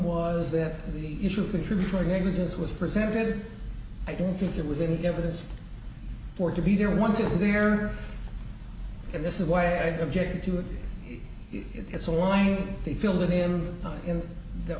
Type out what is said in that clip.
was that the issue contributory negligence was presented i don't think it was in the evidence for it to be there once is there and this is why i objected to it it's a warning they feel that i am in the